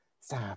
stop